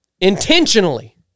Intentionally